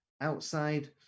outside